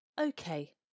Okay